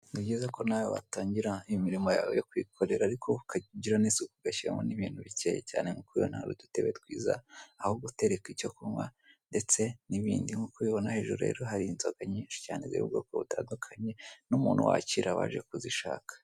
Ni byiza ko nawe watangira imirimo yawe yo kwikorera ariko ukajya igira n'isuku ugashiramo n'ibintu bicyeye cyane nk'uko ubibona hari udutebe twiza cyane aho gutereka icyo kunkwa ndetse n'ibindi nk'uko ubibona rero hejuru hari inzoga nyinshi cyane ziri mu bwoko butandukanye n'umuntu wakira abaje kuzishaka.